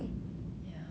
mmhmm